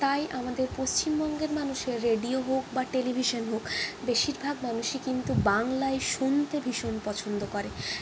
তাই আমাদের পশ্চিমবঙ্গের মানুষের রেডিও হোক বা টেলিভিশন হোক বেশিরভাগ মানুষই কিন্তু বাংলায় শুনতে ভীষণ পছন্দ করে